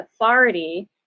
authority